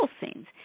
scenes